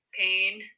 pain